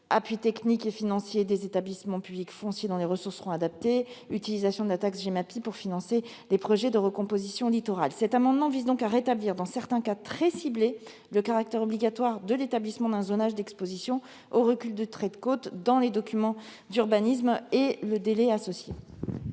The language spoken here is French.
appui technique et financier des établissements publics fonciers dont les ressources seront adaptées, d'une utilisation de la taxe Gemapi pour financer des projets de recomposition du littoral. Cet amendement vise donc à rétablir, dans certains cas très ciblés, le caractère obligatoire de l'établissement d'un zonage d'exposition au recul de traits de côtes dans les documents d'urbanisme et le délai associé.